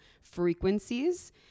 frequencies